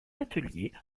atelier